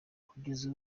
kugeza